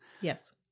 Yes